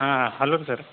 hello sir